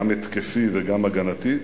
גם התקפי וגם הגנתי.